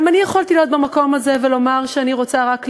גם אני יכולתי להיות במקום הזה ולומר שאני רוצה רק ללמוד,